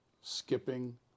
skipping